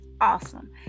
awesome